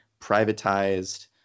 privatized